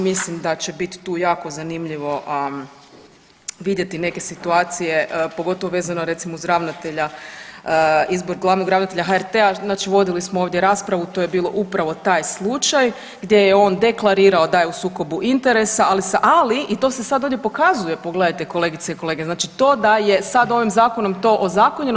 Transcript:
Mislim da će biti tu jako zanimljivo vidjeti neke situacije pogotovo recimo vezano uz ravnatelja, izbor glavnog ravnatelja HRT-a, znači vodili smo ovdje raspravu to je bio upravo taj slučaj gdje je on deklarirao da je on u sukobu interesa ali, ali i to se sad ovdje pokazuje pogledajte kolegice i kolege znači to da je sad ovim zakonom to ozakonjeno.